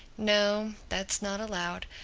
no, that's not allowed.